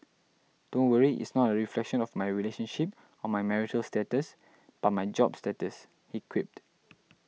don't worry it's not a reflection of my relationship or marital status but my job status he quipped